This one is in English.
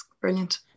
brilliant